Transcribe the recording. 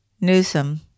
Newsom